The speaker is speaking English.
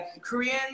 Korean